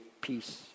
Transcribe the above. peace